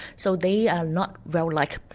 so they are not well liked.